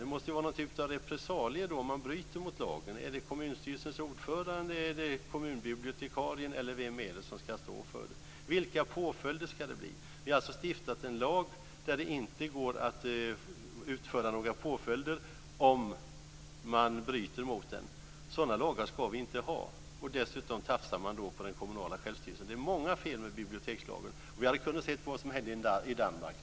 Det måste ju vara någon typ av repressalie om man bryter mot lagen. Är det kommunstyrelsens ordförande, kommunbibliotekarien eller vem är det som ska stå för detta? Vilka påföljder ska det bli? Vi har alltså stiftat en lag där det inte blir några påföljder om man bryter mot den. Sådana lagar ska vi inte ha. Dessutom tafsar man på den kommunala självstyrelsen. Det är många fel med bibliotekslagen. Vi hade kunnat se vad som hände i Danmark.